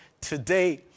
today